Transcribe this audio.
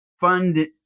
fund